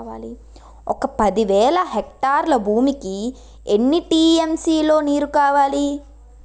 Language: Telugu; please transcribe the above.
ఒక పది వేల హెక్టార్ల భూమికి ఎన్ని టీ.ఎం.సీ లో నీరు కావాలి?